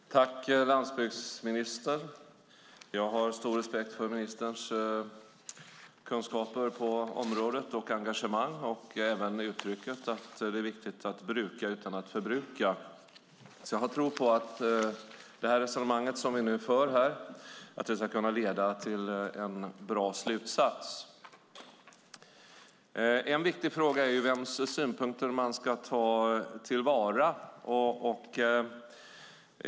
Herr talman! Tack, landsbygdsministern! Jag har stor respekt för ministerns kunskaper och engagemang på området och även för uttrycket att det är viktigt att bruka utan att förbruka. Jag tror på att resonemanget som ni nu för ska kunna leda till en bra slutsats. En viktig fråga är vems synpunkter man ska ta till vara.